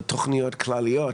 או תכניות כלליות.